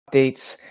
dates,